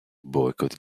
boycott